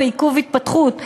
בעיכוב התפתחות,